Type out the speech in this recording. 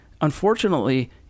unfortunately